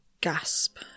gasp